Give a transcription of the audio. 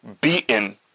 beaten